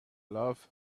love